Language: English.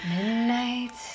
Midnight